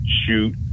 shoot